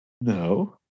No